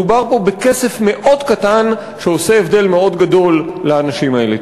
מדובר פה בכסף מאוד קטן שעושה הבדל מאוד גדול לאנשים האלה.